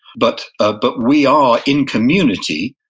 but ah but we are in community